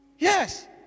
Yes